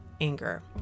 anger